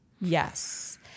Yes